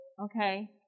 Okay